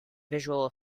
visual